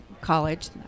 college